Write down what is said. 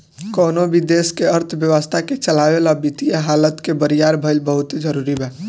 कवनो भी देश के अर्थव्यवस्था के चलावे ला वित्तीय हालत के बरियार भईल बहुते जरूरी बा